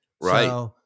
right